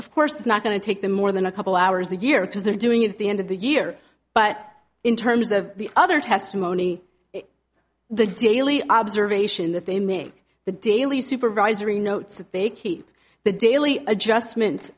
of course it's not going to take them more than a couple hours a year because they're doing it at the end of the year but in terms of the other testimony the daily observation that they make the daily supervisory notes that they keep the daily adjustment